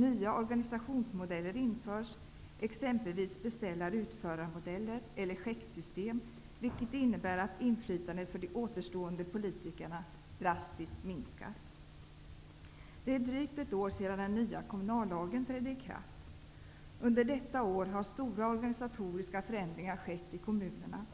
Nya organisationsmodeller införs, exempelvis beställar--utförar-modeller eller checksystem, vilket innebär att inflytandet för de återstående politikerna drastiskt minskas. Det är drygt ett år sedan den nya kommunallagen trädde i kraft. Under detta år har stora organisatoriska förändringar skett i kommunerna.